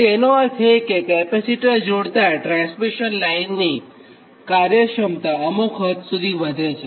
તેનો અર્થ એ કે કેપેસિટર જોડતાં ટ્રાન્સમિશન લાઇનની કાર્યક્ષમતા અમુક હદ સુધી સુધરે છે